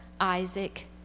Isaac